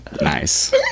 Nice